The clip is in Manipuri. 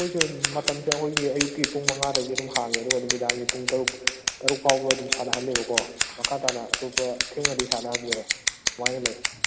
ꯑꯩꯈꯣꯏꯁꯦ ꯃꯇꯝꯁꯦ ꯑꯈꯣꯏꯒꯤ ꯑꯌꯨꯛꯀꯤ ꯄꯨꯡ ꯃꯉꯥꯗꯒꯤ ꯑꯗꯨꯝ ꯍꯥꯡꯉꯦ ꯑꯗꯨꯒ ꯅꯨꯃꯤꯗꯥꯡꯒꯤ ꯄꯨꯡ ꯇꯔꯨꯛ ꯇꯔꯨꯛ ꯐꯧꯕ ꯑꯗꯨꯝ ꯁꯥꯅꯍꯜꯂꯦꯕꯀꯣ ꯃꯈꯥꯇꯅ ꯑꯇꯣꯞꯄ ꯊꯦꯡꯅꯗꯤ ꯁꯥꯅꯍꯟꯗ꯭ꯔꯦ ꯑꯗꯨꯃꯥꯏꯅ ꯂꯩ